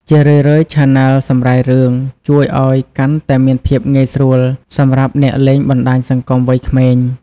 ជារឿយៗ ឆាណែលសម្រាយរឿង ជួយធ្វើឱ្យកាន់តែមានភាពងាយស្រួលសម្រាប់អ្នកលេងបណ្ដាញសង្គមវ័យក្មេង។